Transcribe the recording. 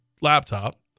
laptop